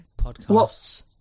podcasts